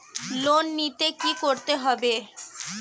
Loan নিতে কী করতে হবে?